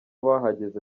bahageze